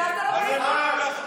הינה דודי אמסלם.